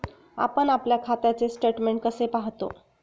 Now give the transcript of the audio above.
आपण आपल्या खात्याचे स्टेटमेंट कसे पाहतो?